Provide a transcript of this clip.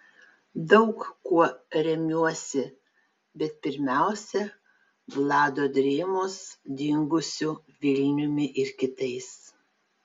daug kuo remiuosi bet pirmiausia vlado drėmos dingusiu vilniumi ir kitais